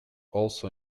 also